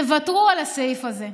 תוותרו על הסעיף הזה.